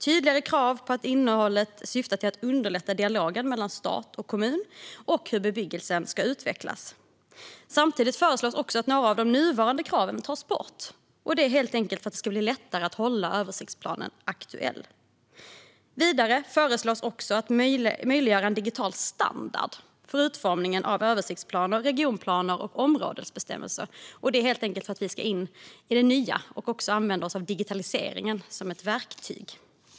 Tydligare krav på innehållet syftar till att underlätta dialogen mellan stat och kommun om hur bebyggelsen ska utvecklas. Samtidigt föreslås att några av de nuvarande kraven ska tas bort för att det ska bli lättare att hålla den aktuell. Vidare föreslås att möjliggöra en digital standard för utformning av översiktsplaner, regionplaner och områdesbestämmelser. Vi ska helt enkelt komma in i det nya och använda oss av digitaliseringen som ett verktyg.